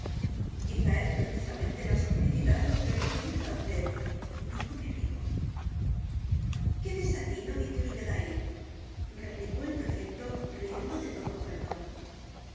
quizá es precisamente la simplicidad lo que desconcierta á vd dijo mi amigo qué desatino dice vd ahí replicó el prefecto riendo de todo corazón